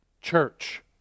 Church